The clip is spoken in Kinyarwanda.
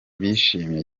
bishimiye